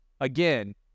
again